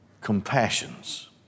compassions